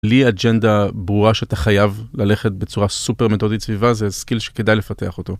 לי אג'נדה ברורה שאתה חייב ללכת בצורה סופר מתודית סביבה זה סקיל שכדאי לפתח אותו.